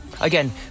Again